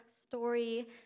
story